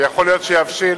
ויכול להיות שיבשיל,